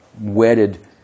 wedded